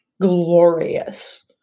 glorious